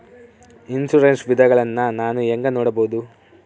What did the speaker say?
Insurance ವಿಧಗಳನ್ನ ನಾನು ಹೆಂಗ ನೋಡಬಹುದು?